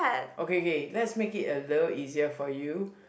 okay okay let's make it a little easier for you